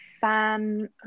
fan